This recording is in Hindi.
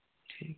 ठीक